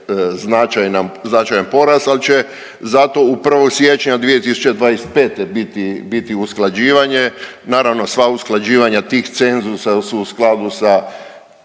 značajan porast, al će zato 1. siječnja 2025. biti, biti usklađivanje, naravno sva usklađivanja tih cenzusa su u skladu sa